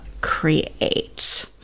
create